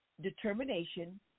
determination